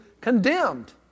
condemned